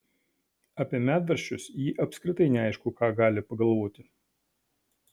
apie medvaržčius ji apskritai neaišku ką gali pagalvoti